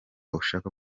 ushaka